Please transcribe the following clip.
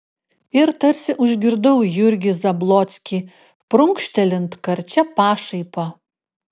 ir tarsi užgirdau jurgį zablockį prunkštelint karčia pašaipa